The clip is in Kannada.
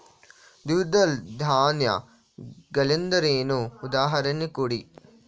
ದ್ವಿದಳ ಧಾನ್ಯ ಗಳೆಂದರೇನು, ಉದಾಹರಣೆ ಕೊಡಿ?